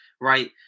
right